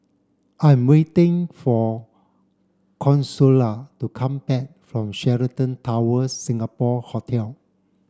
I'm waiting for Consuela to come back from Sheraton Towers Singapore Hotel